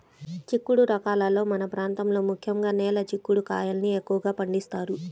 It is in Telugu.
చిక్కుడు రకాలలో మన ప్రాంతంలో ముఖ్యంగా నేల చిక్కుడు కాయల్ని ఎక్కువగా పండిస్తారు